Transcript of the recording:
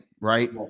right